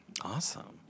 awesome